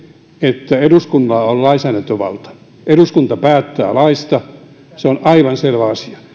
että eduskunnalla on lainsäädäntövalta eduskunta päättää laeista se on aivan selvä asia